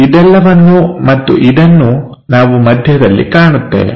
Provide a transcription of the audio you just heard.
ಇದೆಲ್ಲವನ್ನು ಮತ್ತು ಇದನ್ನು ನಾವು ಮಧ್ಯದಲ್ಲಿ ಕಾಣುತ್ತೇವೆ